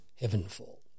heavenfall